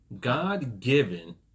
God-given